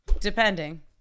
depending